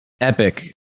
epic